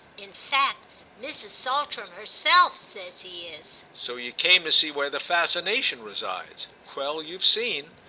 in fact mrs. saltram herself says he is. so you came to see where the fascination resides? well, you've seen!